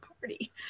party